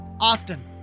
Austin